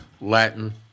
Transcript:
Latin